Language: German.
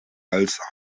als